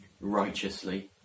righteously